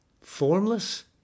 formless